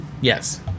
yes